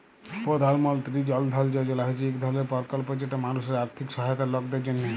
পধাল মলতিরি জল ধল যজলা হছে ইক ধরলের পরকল্প যেট মালুসের আথ্থিক সহায়তার লকদের জ্যনহে